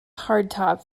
hardtop